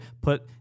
put